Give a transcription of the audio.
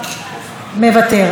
מוותר.